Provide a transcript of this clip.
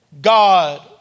God